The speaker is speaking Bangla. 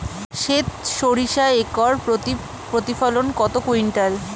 সেত সরিষা একর প্রতি প্রতিফলন কত কুইন্টাল?